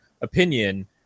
opinion